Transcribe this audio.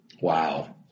wow